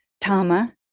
Tama